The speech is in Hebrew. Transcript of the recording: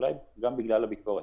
אולי גם בגלל הביקורת,